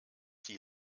sie